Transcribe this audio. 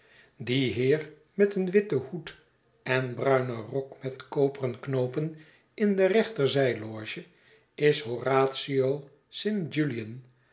die heer met een witten hoed en bruinen rok met koperen knoopen in de rechter zijloge is horatio